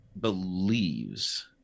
believes